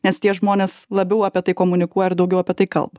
nes tie žmonės labiau apie tai komunikuoja ir daugiau apie tai kalba